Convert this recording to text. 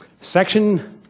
Section